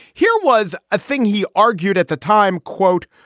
here was a thing he argued at the time, quote,